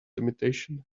limitation